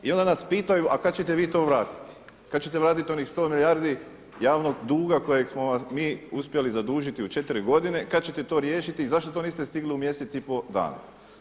I onda nas pitaju, a kada ćete vi to vratiti, kada ćete vratiti onih 100 milijardi javnog duga kojeg smo mi uspjeli zadužiti u četiri godine, kada ćete to riješiti i zašto to niste stigli u mjesec i pol dana.